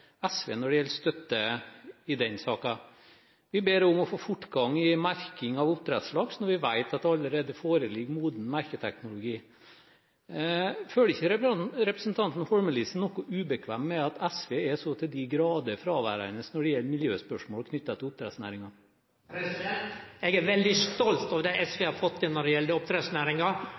SV når det gjelder støtte i den saken. Vi ber om å få fortgang i merking av oppdrettslaks, når vi vet at det allerede foreligger moden merketeknologi. Føler ikke representanten Holmelid seg noe ubekvem med at SV er så til de grader fraværende når det gjelder miljøspørsmål knyttet til oppdrettsnæringen? Eg er veldig stolt over det SV har fått til når det gjeld oppdrettsnæringa.